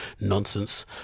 nonsense